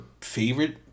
favorite